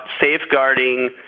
safeguarding